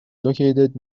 located